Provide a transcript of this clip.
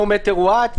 no matter what,